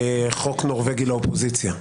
חוק נורבגי לאופוזיציה.